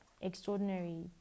extraordinary